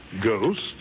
Ghosts